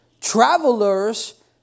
travelers